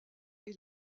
est